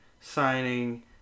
signing